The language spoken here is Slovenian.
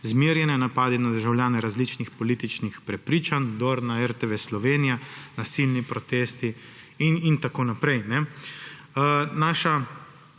zmerjanje, napadi na državljane različnih političnih prepričanj, vdor na RTV Slovenija, nasilni protesti in tako naprej.